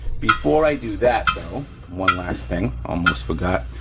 before i do that though, one last thing, almost forgot,